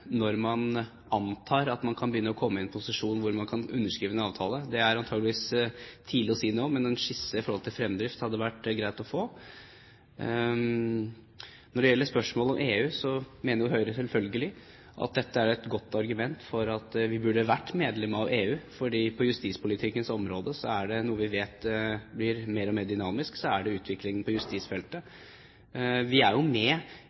når man antar at man kan begynne å komme i en posisjon hvor man kan underskrive en avtale. Det er antakeligvis for tidlig å si noe om, men en skisse for fremdrift hadde det vært greit å få. Når det gjelder spørsmålet om EU, mener Høyre selvfølgelig at dette er et godt argument for at vi burde vært medlem av EU. For er det et område vi vet at utviklingen blir mer og mer dynamisk, er det på justisfeltet. Vi er jo med